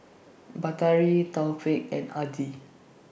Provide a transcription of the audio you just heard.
Batari Taufik and Adi